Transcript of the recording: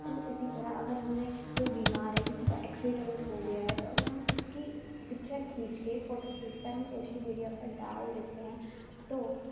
تو اِسی طرح اگر ہم نے کوئی بیمار ہے کسی کا ایکسیڈنٹ ہو گیا ہے تو اگر ہم اُس کی پکچر کھینچ کے فوٹو کھینچ کر ہم سوشل میڈیا ڈال دیتے ہیں تو